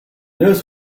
news